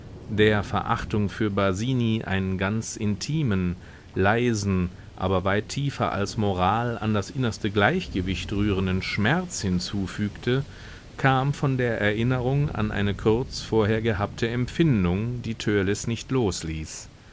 der verachtung für basini einen ganz intimen leisen aber weit tiefer als moral an das innerste gleichgewicht rührenden schmerz hinzufügte kam von der erinnerung an eine kurz vorher gehabte empfindung die törleß nicht losließ